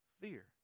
Fear